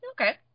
Okay